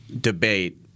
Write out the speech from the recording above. debate